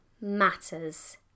matters